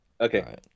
Okay